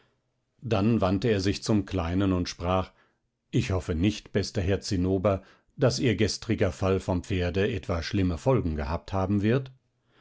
dann wandte er sich zum kleinen und sprach ich hoffe nicht bester herr zinnober daß ihr gestriger fall vom pferde etwa schlimme folgen gehabt haben wird